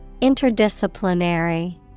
Interdisciplinary